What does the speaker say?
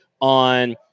on